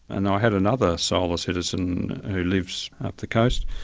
and i had another solar citizen who lives up the coast,